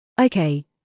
Okay